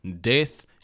Death